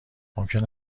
ممکن